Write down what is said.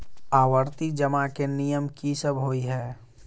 आवर्ती जमा केँ नियम की सब होइ है?